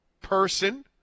person